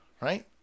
right